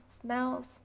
smells